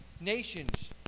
nations